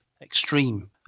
extreme